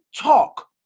talk